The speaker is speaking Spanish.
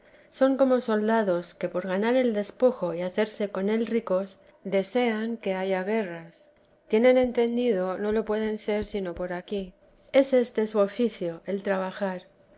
son como los soldados que por ganar el despojo y hacerse con él ricos desean que haya guerras tienen teresa de jesús entendido no lo pueden ser sino por aquí es este su oficio el trabajar